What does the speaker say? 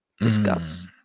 discuss